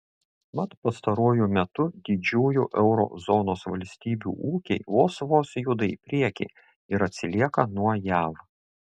mat pastaruoju metu didžiųjų euro zonos valstybių ūkiai vos vos juda į priekį ir atsilieka nuo jav